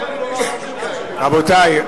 רבותי,